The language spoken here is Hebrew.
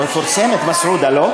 מפורסמת, מסעודה, לא?